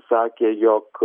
sakė jog